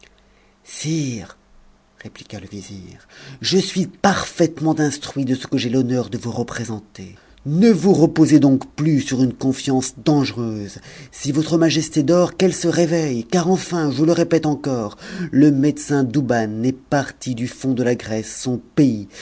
répliqua le vizir je suis parfaitement instruit de ce que j'ai l'honneur de vous représenter ne vous reposez donc plus sur une confiance dangereuse si votre majesté dort qu'elle se réveille car enfin je le répète encore le médecin douban n'est parti du fond de la grèce son pays